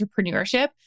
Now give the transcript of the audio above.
entrepreneurship